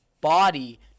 body